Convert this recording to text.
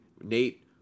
Nate